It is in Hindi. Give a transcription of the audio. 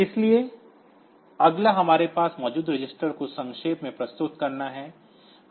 इसलिए अगला हमारे पास मौजूद रजिस्टरों को संक्षेप में प्रस्तुत करना है